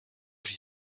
j’y